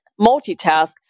multitask